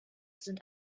sind